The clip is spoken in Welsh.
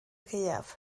gaeaf